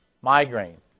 migraine